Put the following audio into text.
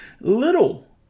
Little